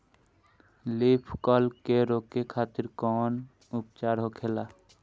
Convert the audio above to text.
Leaf curl के रोके खातिर कउन उपचार होखेला?